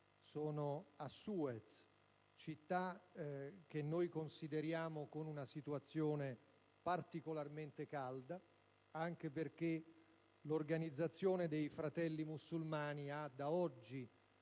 sono a Suez, città che noi consideriamo con una situazione particolarmente calda, anche perché l'organizzazione dei Fratelli musulmani ha da oggi